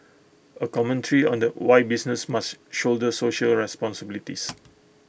A commentary on the why businesses must shoulder social responsibilities